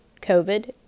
COVID